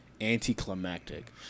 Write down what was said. anticlimactic